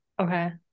Okay